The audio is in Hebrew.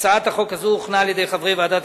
הצעת החוק הזאת הוכנה על-ידי חברי ועדת